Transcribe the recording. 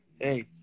Hey